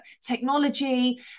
technology